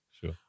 sure